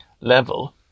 level